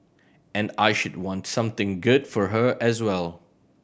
and I should want something good for her as well